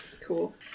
Cool